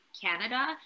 Canada